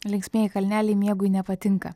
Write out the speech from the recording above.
linksmieji kalneliai miegui nepatinka